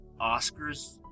Oscars